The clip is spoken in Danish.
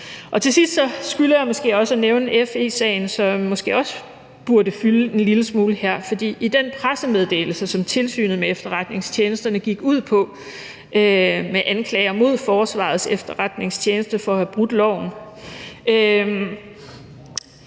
Til sidst skylder jeg måske også at nævne FE-sagen, som måske også burde fylde en lille smule her, for i den pressemeddelelse, som Tilsynet med Efterretningstjenesterne gik ud med, om anklager mod Forsvarets Efterretningstjeneste for at have brudt loven,